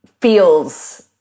feels